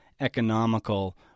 economical